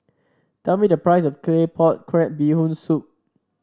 tell me the price of Claypot Crab Bee Hoon Soup